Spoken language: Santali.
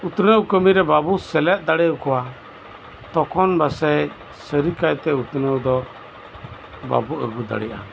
ᱩᱛᱱᱟᱹᱣ ᱠᱟᱹᱢᱤ ᱨᱮ ᱵᱟᱵᱚ ᱥᱮᱞᱮᱫ ᱫᱟᱲᱮ ᱟᱠᱚᱣᱟ ᱛᱚᱠᱷᱚᱱ ᱯᱟᱥᱮᱡ ᱥᱟᱹᱨᱤ ᱠᱟᱭ ᱛᱮ ᱩᱛᱱᱟᱹᱣ ᱫᱚ ᱵᱟᱵᱚ ᱟᱹᱜᱩ ᱫᱟᱲᱮᱭᱟᱜᱼᱟ